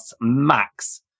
max